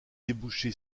débouché